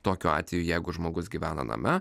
tokiu atveju jeigu žmogus gyvena name